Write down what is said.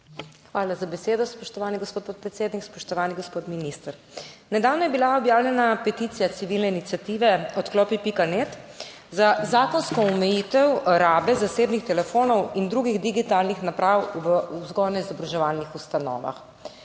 Hvala za besedo, spoštovani gospod podpredsednik. Spoštovani gospod minister! Nedavno je bila objavljena peticija civilne iniciative Odklopi.net za zakonsko omejitev rabe zasebnih telefonov in drugih digitalnih naprav v vzgojno-izobraževalnih ustanovah.